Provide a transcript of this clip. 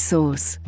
Source